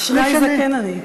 אשרי, זקן אני.